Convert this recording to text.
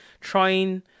trying